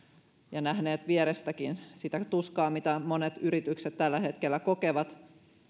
ja nähneet vierestäkin sitä tuskaa mitä monet yritykset tällä hetkellä kokevat